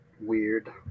weird